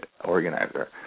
organizer